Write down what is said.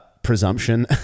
presumption